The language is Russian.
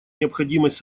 необходимость